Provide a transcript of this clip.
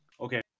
Okay